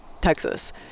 Texas